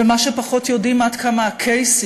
ומה שפחות יודעים זה עד כמה הקייסים,